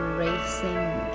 racing